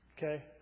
Okay